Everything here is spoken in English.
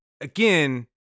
Again